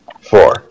four